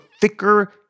thicker